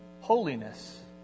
holiness